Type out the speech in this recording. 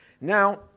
Now